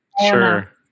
Sure